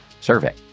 survey